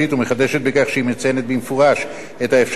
ומחדשת בכך שהיא מציינת במפורש את האפשרות